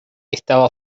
estaba